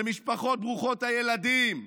למשפחות ברוכות הילדים,